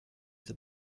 that